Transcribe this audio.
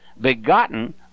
begotten